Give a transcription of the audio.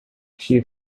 she